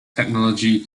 technology